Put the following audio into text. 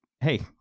hey